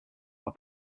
are